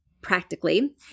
practically